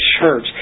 church